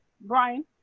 Brian